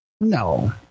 No